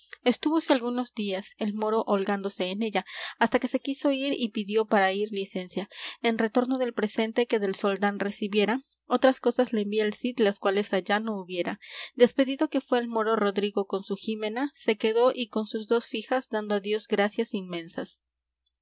estúvose algunos días el moro holgándose en ella hasta que se quiso ir y pidió para ir licencia en retorno del presente que del soldán recibiera otras cosas le envía el cid las cuales allá no hubiera despedido que fué el moro rodrigo con su jimena se quedó y con sus dos fijas dando á dios gracias inmensas